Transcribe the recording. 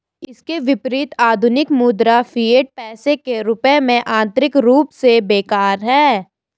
इसके विपरीत, आधुनिक मुद्रा, फिएट पैसे के रूप में, आंतरिक रूप से बेकार है